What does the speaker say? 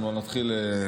אנחנו נתחיל להקריא.